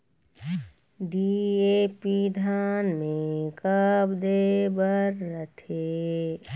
DAP धान मे कब दे बर रथे?